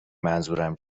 منظورم